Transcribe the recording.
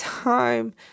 Time